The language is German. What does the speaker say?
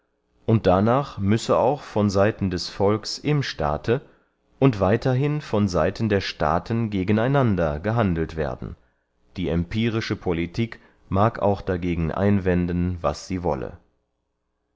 und darnach müsse auch von seiten des volks im staate und weiterhin von seiten der staaten gegen einander gehandelt werden die empirische politik mag auch dagegen einwenden was sie wolle